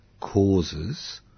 causes